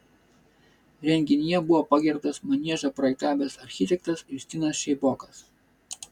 renginyje buvo pagerbtas maniežą projektavęs architektas justinas šeibokas